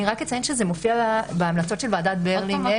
אני רק אציין שזה מופיע בהמלצות של ועדת ברליננר.